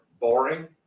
boring